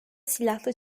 silahlı